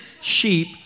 sheep